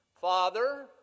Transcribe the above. Father